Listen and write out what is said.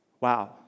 Wow